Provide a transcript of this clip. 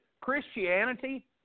Christianity